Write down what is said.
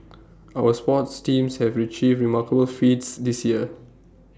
our sports teams have Retrieve remarkable feats this year